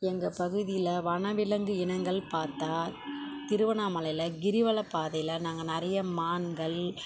எங்கள் பகுதியில் வனவிலங்கு இனங்கள் பார்த்தா திருவண்ணாமலையில் கிரிவலப் பாதையில் நாங்கள் நிறைய மான்கள்